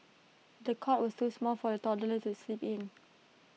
the cot was too small for the toddler to sleep in